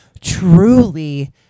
truly